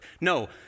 No